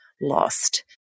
lost